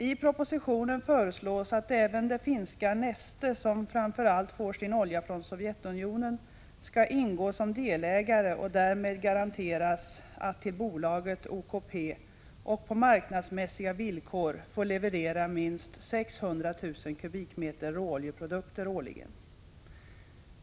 I propositionen föreslås att även det finska Neste, som framför allt får sin olja från Sovjetunionen, skall ingå som delägare och därmed garanteras att till bolaget OKP på marknadsmässiga villkor få leverera minst 600 000 m? råoljeprodukter årligen.